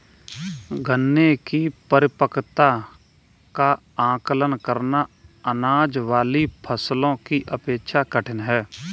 गन्ने की परिपक्वता का आंकलन करना, अनाज वाली फसलों की अपेक्षा कठिन है